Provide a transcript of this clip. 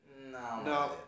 No